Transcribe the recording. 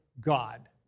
God